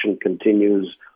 continues